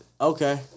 Okay